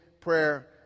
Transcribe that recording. prayer